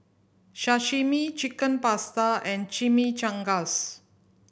Sashimi Chicken Pasta and Chimichangas